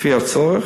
לפי הצורך,